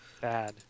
Bad